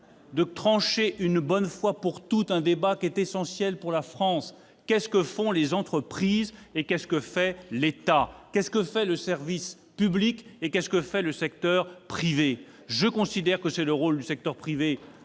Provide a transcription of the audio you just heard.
de trancher une bonne fois pour toutes un débat qui est essentiel pour la France : qu'est-ce que font les entreprises et qu'est-ce que fait l'État ? qu'est-ce que fait le service public et qu'est-ce que fait le secteur privé ? Je considère que c'est le rôle du secteur privé